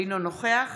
אינו נוכח